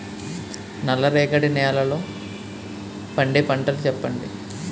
నల్ల రేగడి నెలలో పండే పంటలు చెప్పండి?